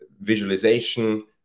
visualization